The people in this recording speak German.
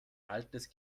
altes